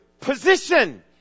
position